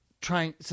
trying